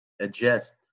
adjust